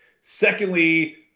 secondly